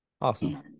Awesome